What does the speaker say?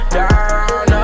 down